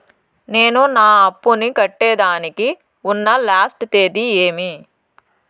నేను నా అప్పుని కట్టేదానికి ఉన్న లాస్ట్ తేది ఏమి?